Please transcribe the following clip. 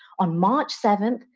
on march seventh,